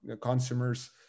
consumers